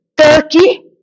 Turkey